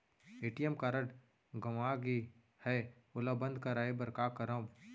ATM card गंवा गे है ओला बंद कराये बर का करंव?